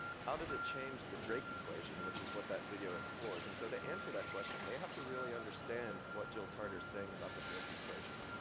how does it change the drake equation? which is what that video explores. and so to answer that question, they have to really understand what jill tarter's saying about the drake equation.